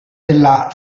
della